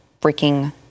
freaking